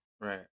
right